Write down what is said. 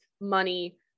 money